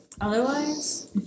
Otherwise